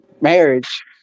marriage